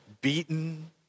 beaten